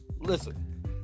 listen